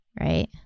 right